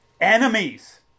enemies